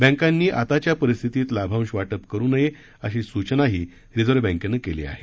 बँकांनी आताच्या परिस्थितीत लाभांश वाटप करू नये अशी सूचनाही रिजव्ह बँकेनं केली आहे